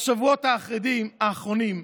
בשבועות האחרונים,